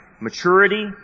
Maturity